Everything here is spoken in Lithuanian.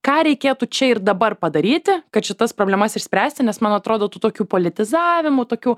ką reikėtų čia ir dabar padaryti kad šitas problemas išspręsti nes man atrodo tų tokių politizavimų tokių